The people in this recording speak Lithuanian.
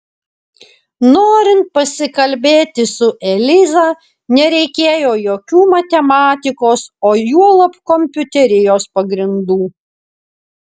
norint pasikalbėti su eliza nereikėjo jokių matematikos o juolab kompiuterijos pagrindų